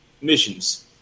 missions